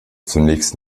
zunächst